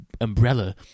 umbrella